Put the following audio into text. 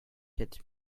quatre